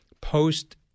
post